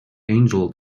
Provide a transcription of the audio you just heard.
angel